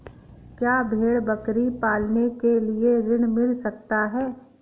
क्या भेड़ बकरी पालने के लिए ऋण मिल सकता है?